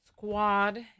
squad